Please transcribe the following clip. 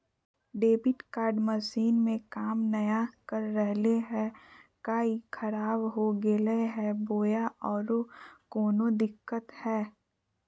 Debit card machine में काम नाय कर रहले है, का ई खराब हो गेलै है बोया औरों कोनो दिक्कत है?